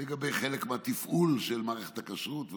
לגבי חלק מהתפעול של מערכת הכשרות וכו',